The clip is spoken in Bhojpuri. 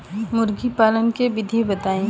मुर्गी पालन के विधि बताई?